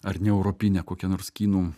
ar ne europinė kokia nors kinų